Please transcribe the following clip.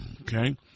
Okay